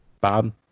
bob